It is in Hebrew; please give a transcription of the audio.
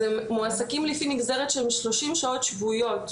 אז הם מועסקים לפי נגזרת של שלושים שעות שבועיות.